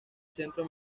centro